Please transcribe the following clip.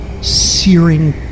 searing